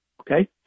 Okay